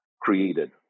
created